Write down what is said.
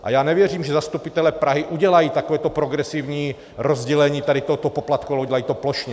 A já nevěřím, že zastupitelé Prahy udělají takové progresivní rozdělení tohoto poplatku, ale udělají to plošně.